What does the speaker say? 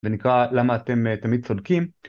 ונקרא למה אתם תמיד צודקים.